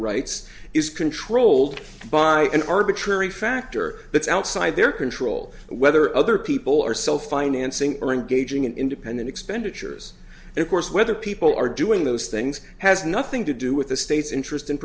rights is controlled by an arbitrary factor that's outside their control whether other people are so financing or engaging in independent expenditures and of course whether people are doing those things has nothing to do with the state's interest in